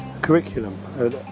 curriculum